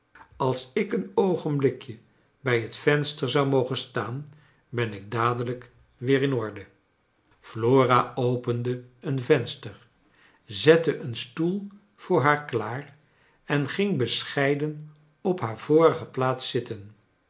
als ik een oogenblikje bij het venster zou mogen staan ben ik dadelijk weer in orde flora opende een venster zette een stoel voor haar klaar en ging bescheiden op haar vorige plaats zitten